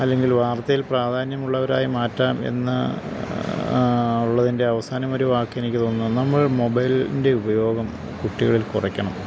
അല്ലെങ്കിൽ വാർത്തയിൽ പ്രാധാന്യമുള്ളവരായി മാറ്റാം എന്ന് ഉള്ളതിൻ്റെ അവസാനം ഒരു വാക്കെനിക്കു തോന്നുന്നു നമ്മൾ മൊബൈലിൻ്റെ ഉപയോഗം കുട്ടികളിൽ കുറയ്ക്കണം